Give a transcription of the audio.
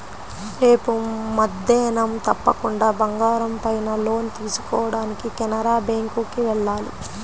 రేపు మద్దేన్నం తప్పకుండా బంగారం పైన లోన్ తీసుకోడానికి కెనరా బ్యేంకుకి వెళ్ళాలి